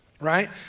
right